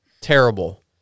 terrible